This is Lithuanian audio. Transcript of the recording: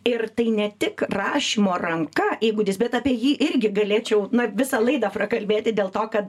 ir tai ne tik rašymo ranka įgūdis bet apie jį irgi galėčiau visą laidą prakalbėti dėl to kad